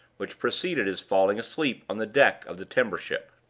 which preceded his falling asleep on the deck of the timber-ship.